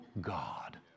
God